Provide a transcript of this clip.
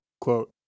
Quote